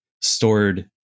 stored